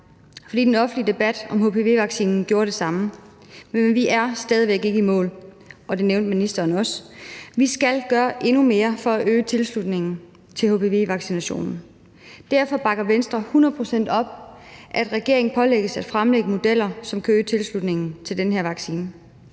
fordi den offentlige debat om hpv-vaccinen gjorde det samme. Men vi er stadig væk ikke i mål, og det nævnte ministeren også. Vi skal gøre endnu mere for at øge tilslutningen til hpv-vaccinationen. Derfor bakker Venstre hundrede procent op, at regeringen pålægges at fremlægge modeller, som kan øge tilslutningen til den her vaccine.